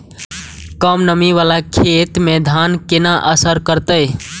कम नमी वाला खेत में धान केना असर करते?